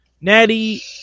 Natty